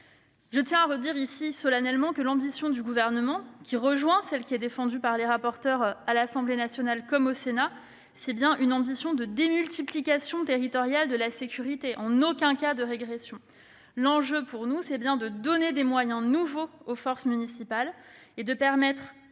Je tiens à le redire ici solennellement, l'ambition du Gouvernement, qui rejoint celle des rapporteurs à l'Assemblée nationale et au Sénat, est bien une ambition de multiplication territoriale de la sécurité et en aucun cas de régression. L'enjeu pour nous est bien de donner des moyens nouveaux aux forces municipales et de permettre